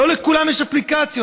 לא לכולם יש אפליקציות.